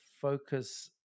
focus